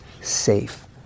safe